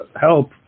help